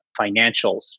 financials